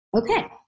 okay